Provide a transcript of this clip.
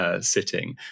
sitting